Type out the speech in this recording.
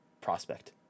prospect